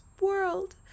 world